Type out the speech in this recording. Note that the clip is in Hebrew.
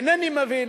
אינני מבין,